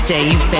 Dave